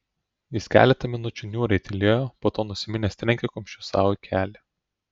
jis keletą minučių niūriai tylėjo po to nusiminęs trenkė kumščiu sau į kelį